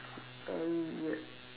very weird